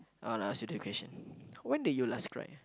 I'll ask you the question when did you last cry